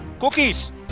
cookies